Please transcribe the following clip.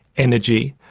energy,